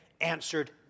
answered